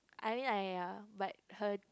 I mean like ya but her